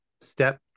Step